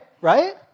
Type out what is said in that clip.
Right